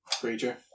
creature